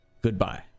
goodbye